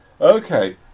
Okay